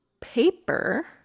Paper